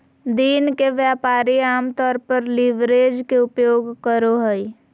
दिन के व्यापारी आमतौर पर लीवरेज के उपयोग करो हइ